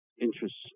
interests